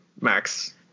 Max